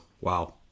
Wow